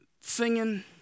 singing